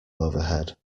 overhead